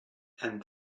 and